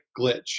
glitch